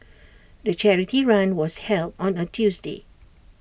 the charity run was held on A Tuesday